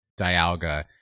Dialga